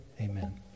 amen